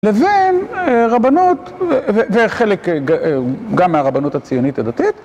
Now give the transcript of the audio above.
לבין רבנות, וחלק גם מהרבנות הציונית הדתית.